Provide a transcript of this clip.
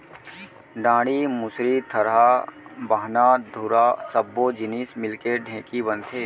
डांड़ी, मुसरी, थरा, बाहना, धुरा सब्बो जिनिस मिलके ढेंकी बनथे